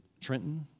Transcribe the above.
Trenton